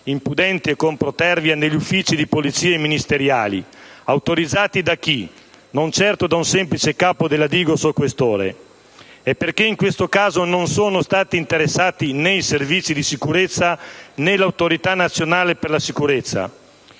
impudenti e con protervia, negli uffici della Polizia e ministeriali? Autorizzati da chi? Non certo da un semplice capo della DIGOS o questore! E perché, in questo caso, non sono stati interessati né i Servizi di sicurezza, né l'Autorità nazionale per la sicurezza?